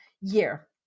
year